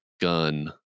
gun